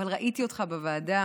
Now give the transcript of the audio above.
אבל ראיתי אותך בוועדה